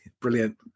Brilliant